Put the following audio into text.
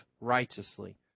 righteously